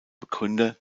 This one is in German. begründer